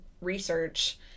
research